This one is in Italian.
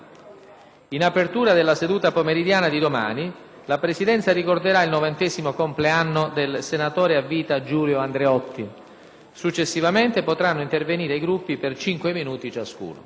In apertura della seduta pomeridiana di domani, la Presidenza ricorderà il novantesimo compleanno del senatore a vita Giulio Andreotti. Successivamente potranno intervenire i Gruppi per 5 minuti ciascuno.